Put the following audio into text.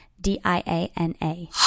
D-I-A-N-A